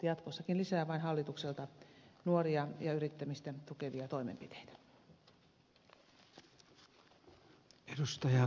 jatkossakin vain lisää hallitukselta nuoria ja yrittämistä tukevia toimenpiteitä